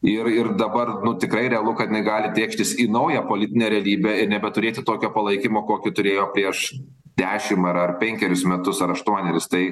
ir ir dabar tikrai realu kad jinai gali tėkštis į naują politinę realybę ir nebeturėti tokio palaikymo kokį turėjo prieš dešim ar ar penkerius metus ar aštuoneris tai